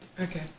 Okay